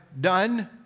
done